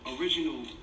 original